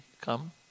come